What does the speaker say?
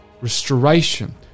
restoration